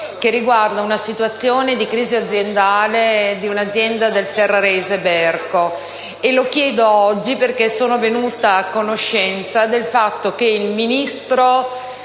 che riguarda la situazione di crisi dell'azienda Berco nel ferrarese. Lo chiedo oggi perché sono venuta a conoscenza del fatto che il Ministro